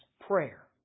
prayer